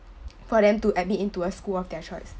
for them to admit into a school of their choice